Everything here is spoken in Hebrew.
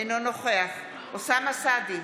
אינו נוכח אוסאמה סעדי,